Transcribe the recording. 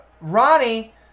ronnie